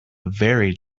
very